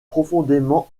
profondément